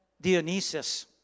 Dionysus